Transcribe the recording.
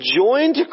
joined